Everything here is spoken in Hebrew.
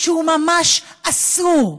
שהוא ממש אסור.